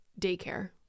daycare